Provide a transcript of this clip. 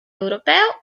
europeo